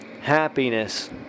happiness